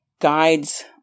Guides